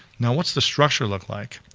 now what's the structure look like?